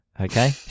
okay